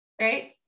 Right